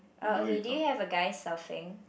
oh okay did you have a guy surfing